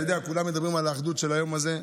אתה יודע, כולם מדברים על האחדות של היום הזה.